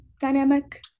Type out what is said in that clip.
dynamic